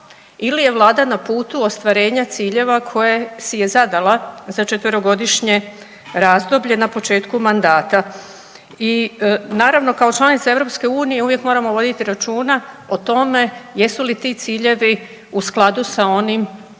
ili je Vlada na putu ostvarenja ciljeva koje si je zadala za četverogodišnje razdoblje na početku mandata i naravno kao članica Europske unije uvijek moramo voditi računa o tome jesu li ti ciljevi u skladu sa onim